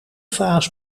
vaas